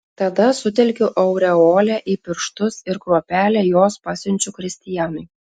tada sutelkiu aureolę į pirštus ir kruopelę jos pasiunčiu kristianui